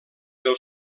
del